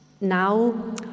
Now